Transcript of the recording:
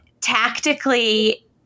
tactically